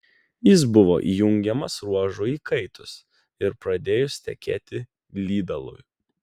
jis buvo įjungiamas ruožui įkaitus ir pradėjus tekėti lydalui